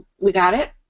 we got it.